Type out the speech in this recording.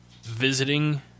visiting